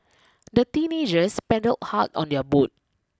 the teenagers paddled hard on their boat